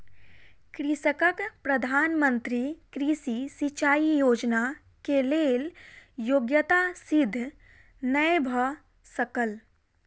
कृषकक प्रधान मंत्री कृषि सिचाई योजना के लेल योग्यता सिद्ध नै भ सकल